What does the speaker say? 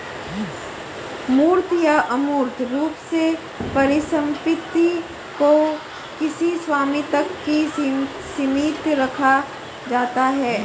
मूर्त या अमूर्त रूप से परिसम्पत्ति को किसी स्वामी तक ही सीमित रखा जाता है